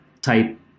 type